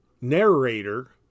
narrator